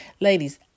Ladies